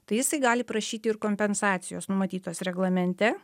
tai jisai gali prašyti ir kompensacijos numatytos reglamente